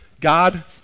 God